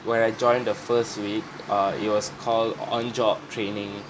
where I joined the first week err it was called on job training